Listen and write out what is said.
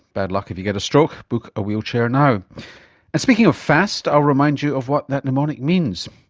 bad luck if you get a stroke. book a wheelchair now. and speaking of fast, i'll remind you of what that mnemonic means.